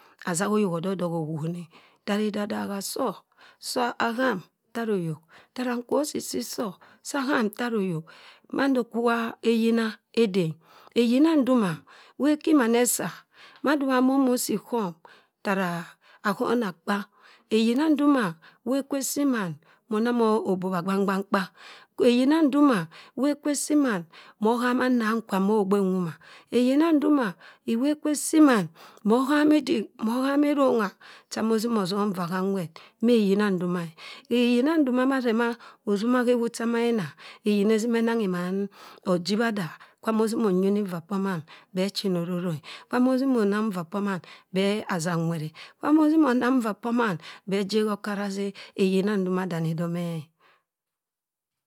. Asahi oyok ododok owoni tara idadagha soh sa uham tara oyok. tara nkwo sisi soh sa aham taroyok. Mando kwu wa eyina ede e. Eyina ndoma, wa ekiman esah madi iwa monosi ighom, tara ahonakpa, eyina ndoma wa ekwe sii mann mona omo obribha agbang gbang kpa. Eyina ndoma, wa ekwe sii mann mohama nnangkwa mogbe nwoma. Eyina ndoma, iwa ekwe simann, mohami idik, mohama erongha cha mossim osom vaa hanwerr. meh eyina ndoma eh. Eyina ndo mase maa osuma ma ewu cha mayina, eyina esima enanghi mann ojibhadah kwa mossim onyuni vaa pamann beh chinororo e. pa mossim onanghi vaa pamann beh zaa nwerr e pa mozim onang vaa pamann beh jegha okara zerr. Eyina ndo madane domeh e.